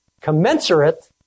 commensurate